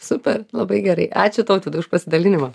super labai gerai ačiū tautvydai už pasidalinimą